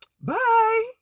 Bye